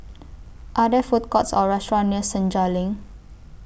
Are There Food Courts Or restaurants near Senja LINK